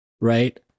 right